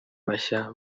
bashya